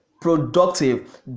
productive